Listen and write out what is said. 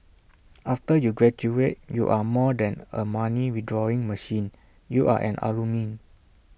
after you graduate you are more than A money withdrawing machine you are an alumni